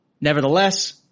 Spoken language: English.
Nevertheless